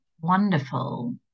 wonderful